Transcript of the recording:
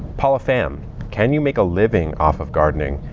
paula pham can you make a living off of gardening?